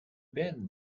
been